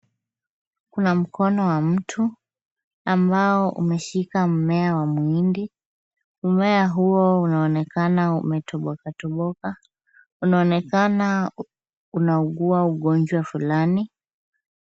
Kuna mkono wa mtu ambao umeshika mmea wa mhindi. Mmea huo unaonekana umetoboka toboka. Unaonekana unaugua ugonjwa fulani.